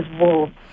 wolves